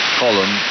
column